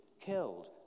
Killed